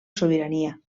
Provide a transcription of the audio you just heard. sobirania